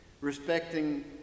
respecting